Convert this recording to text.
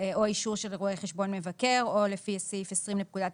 או אישור של רואה חשבון מבקר או לפי סעיף 20 לפקודת